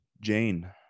Jane